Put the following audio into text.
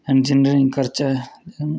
engineering करचै